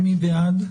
מי בעד?